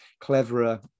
cleverer